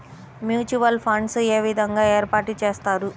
Mutual funds ఏ విధంగా ఏర్పాటు చేస్తారు?